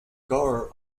carr